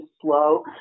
slow